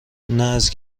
نه، از